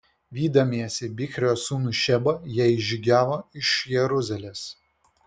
vydamiesi bichrio sūnų šebą jie išžygiavo iš jeruzalės